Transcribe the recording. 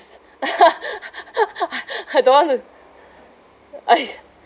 I don't want to I